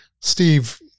Steve